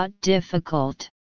Difficult